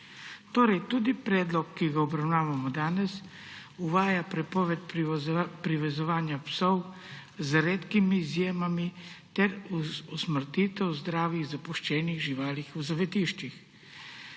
Tudi predlog, ki ga obravnavamo danes, uvaja prepoved privezovanja psov z redkimi izjemami ter usmrtitev zdravih zapuščenih živali v zavetiščih.